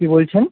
কে বলছেন